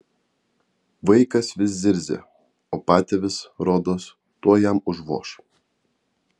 vaikas vis zirzė o patėvis rodos tuoj jam užvoš